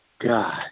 God